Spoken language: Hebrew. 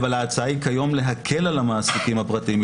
אבל ההצעה היא כיום להקל על המעסיקים הפרטיים,